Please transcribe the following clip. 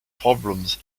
problems